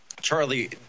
Charlie